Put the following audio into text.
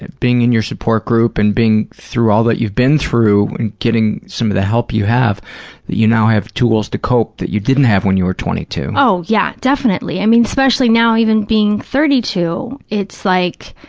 being in your support group and being through all that you've been through and getting some of the help you have that you now have tools to cope that you didn't have when you were twenty two? oh, yeah, definitely. i mean, especially now, even being thirty two, it's like,